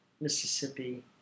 Mississippi